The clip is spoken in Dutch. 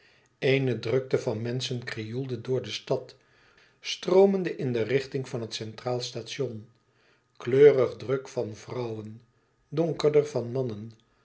eene drukte van menschen krioelde door de stad stroomende in de richting van het centraal station kleurig druk van vrouwen donkerder van mannen